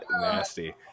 nasty